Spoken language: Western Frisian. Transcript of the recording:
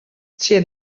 tsjin